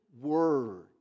word